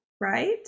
right